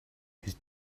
his